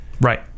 right